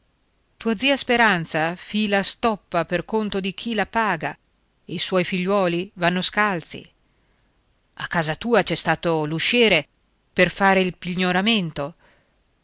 terre tua zia speranza fila stoppa per conto di chi la paga e i suoi figliuoli vanno scalzi a casa tua c'è stato l'usciere per fare il pignoramento